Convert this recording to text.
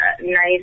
nice